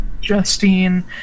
Justine